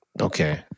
Okay